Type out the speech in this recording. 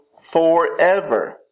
forever